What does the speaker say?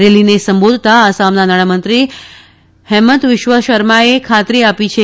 રેલીને સંબોધતાં આસામના નાણાંમંત્રી હિમંતા વિશ્વાસર્માએ ખાતરી આપી છે